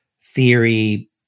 theory